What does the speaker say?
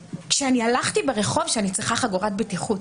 כשהלכתי ברחוב הייתה שאני צריכה חגורת בטיחות.